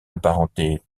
apparentés